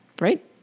right